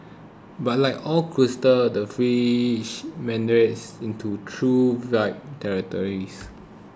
but like all crusades the fringes meandered into true vile territories